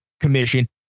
Commission